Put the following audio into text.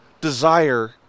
desire